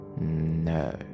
No